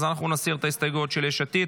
אז אנחנו נסיר את ההסתייגות של יש עתיד,